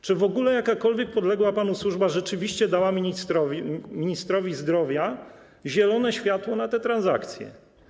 Czy w ogóle jakakolwiek podległa panu służba rzeczywiście dała ministrowi zdrowia zielone światło na tę transakcję?